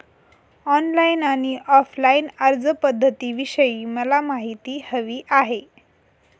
online आणि offline अर्जपध्दतींविषयी मला माहिती हवी आहे